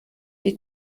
die